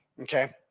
okay